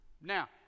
Now